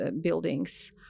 buildings